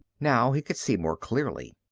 now he could see more clearly.